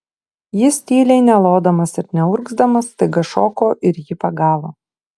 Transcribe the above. jis tyliai nelodamas ir neurgzdamas staiga šoko ir jį pagavo